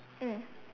mm